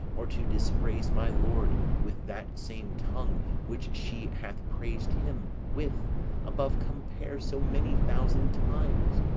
or to dispraise my lord with that same tongue which she hath prais'd him with above compare so many thousand times?